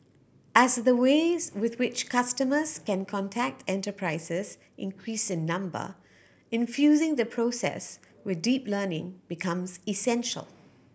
as the ways with which customers can contact enterprises increase in number infusing the process with deep learning becomes essential